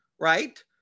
right